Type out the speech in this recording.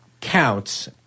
counts